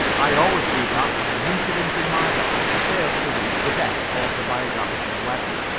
i always do that when an incident in my life fails to reach the best autobiographical level.